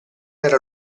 era